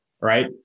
right